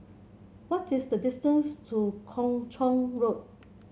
what is the distance to Kung Chong Road